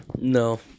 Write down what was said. no